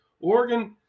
Oregon